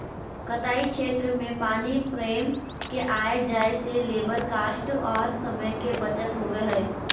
कताई क्षेत्र में पानी फ्रेम के आय जाय से लेबर कॉस्ट आर समय के बचत होबय हय